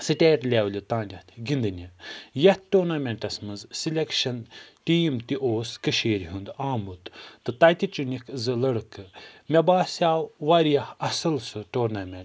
state لٮ۪ولہِ تانٮ۪تھ گِنٛدنہِ یَتھ ٹورنَمٮ۪نٛٹَس منٛز سٕلٮ۪کشَن ٹیٖم تہِ اوس کٔشیٖرِ ہُنٛد آمُت تہٕ تَتہِ چُنِکھ زٕ لڑکہٕ مےٚ باسیو واریاہ اَصٕل سُہ ٹورنَمٮ۪نٛٹ